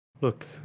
Look